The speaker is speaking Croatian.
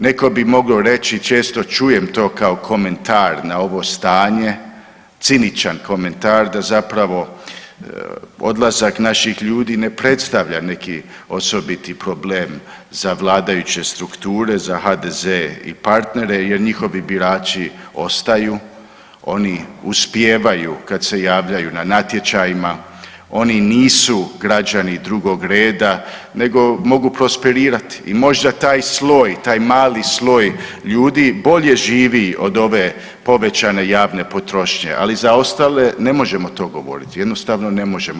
Netko bi mogao reći, često čujem to kao komentar na ovo stanje, ciničan komentar da zapravo odlazak naših ljudi ne predstavlja neki osobiti problem za vladajuće strukture, za HDZ i partnere jer njihovi birači ostaju, oni uspijevaju kad se javljaju na natječajima, oni nisu građani drugog reda nego mogu prosperirati i možda taj sloj, taj mali sloj ljudi bolje živi od ove povećane javne potrošnje, ali za ostale ne možemo to govoriti, jednostavno ne možemo.